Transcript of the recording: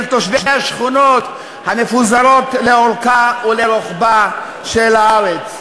תושבי השכונות המפוזרות לאורכה ולרוחבה של הארץ,